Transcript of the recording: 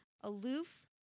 aloof